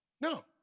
no